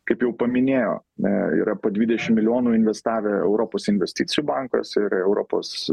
kaip jau paminėjo yra po dvidešim milijonų investavę europos investicijų bankas ir europos